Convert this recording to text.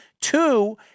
Two